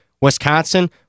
Wisconsin